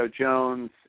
Jones